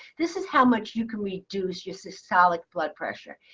this is how much you can reduce your systolic blood pressure.